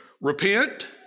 repent